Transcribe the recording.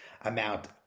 amount